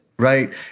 right